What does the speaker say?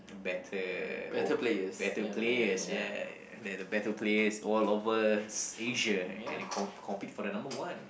better oppo~ better players yeah that the better players all over s~ Asia and they com~ compete for the number one